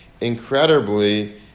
Incredibly